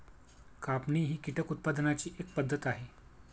कापणी ही कीटक उत्पादनाची एक पद्धत आहे